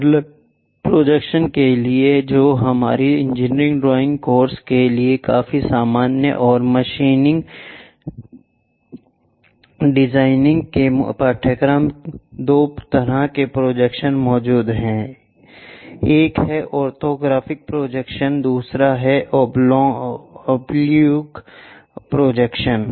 parallel projections के लिए जो हमारे इंजीनियरिंग ड्राइंग कोर्स के लिए काफी सामान्य हैं और मशीन डिजाइनिंग के पाठ्यक्रम दो तरह के प्रोजेक्शन्स मौजूद हैं एक है ऑर्थोगोनल प्रोजेक्शन दूसरा है ओब्लिक प्रोजेक्शन